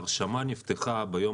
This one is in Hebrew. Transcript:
לגבי ה-20 אנשים ההרשמה נפתחה ביום